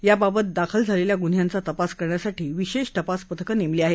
याबाबत दाखल झालेल्या गृन्ह्यांचा तपास करण्यासाठी विशेष तपास पथकं नेमली आहेत